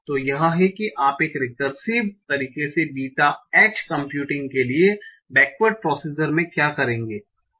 तो यह है कि आप एक रिकर्सिव तरीके से बीटा h कंप्यूटिंग के लिए बेकवर्ड प्रोसीजर में क्या करेंगे